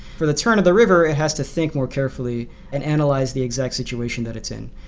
for the turn of the river, it has to think more carefully and analyze the exact situation that it's in.